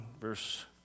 Verse